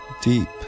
deep